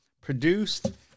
produced